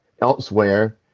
elsewhere